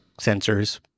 sensors